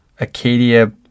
Acadia